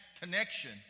connection